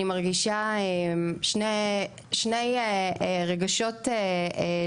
אני מרגיש שני רגשות